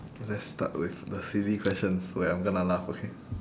let's start with the silly questions where I'm gonna laugh okay